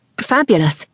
fabulous